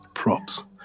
props